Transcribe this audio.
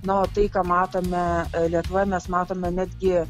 na o tai ką matome lietuvoje nes matome netgi